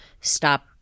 stop